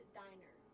diner